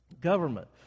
Government